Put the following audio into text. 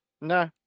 No